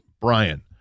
Brian